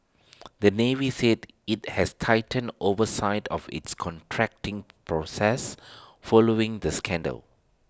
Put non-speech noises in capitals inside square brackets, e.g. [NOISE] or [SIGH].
[NOISE] the navy said IT has tightened oversight of its contracting process following the scandal